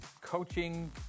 coaching